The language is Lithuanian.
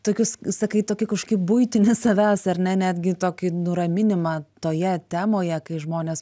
tokius sakai tokį kažkokį buitinį savęs ar ne netgi tokį nuraminimą toje temoje kai žmonės